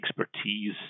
expertise